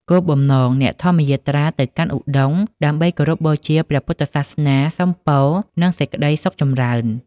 គោលបំណង អ្នកធម្មយាត្រាទៅកាន់ឧដុង្គដើម្បីគោរពបូជាព្រះពុទ្ធសាសនា សុំពរ និងសេចក្តីសុខចម្រើន។